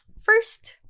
First